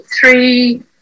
three